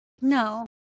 no